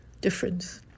difference